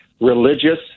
religious